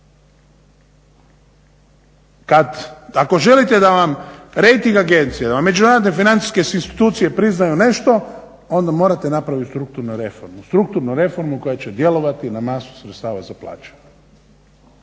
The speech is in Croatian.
ako želite da vam rejting agencije, da vam međunarodne financijske institucije priznaju nešto, onda morate napravit strukturnu reformu, strukturnu reformu koja će djelovati na masu sredstava za plaće.